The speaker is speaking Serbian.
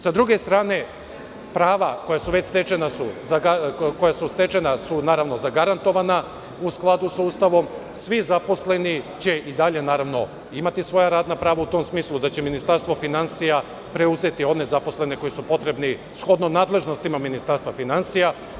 Sa druge strane, prava koja su već stečena su naravno zagarantovana u skladu sa Ustavom, svi zaposleni će i dalje, naravno, imati svoja radna prava u tom smislu da će Ministarstvo finansija preuzeti one zaposlene koji su potrebni shodno nadležnostima Ministarstva finansija.